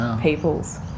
peoples